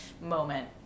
moment